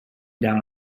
down